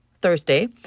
Thursday